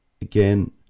again